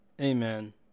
Amen